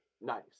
nice